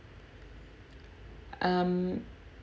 um